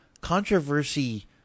controversy